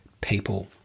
people